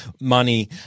money